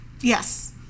Yes